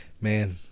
Man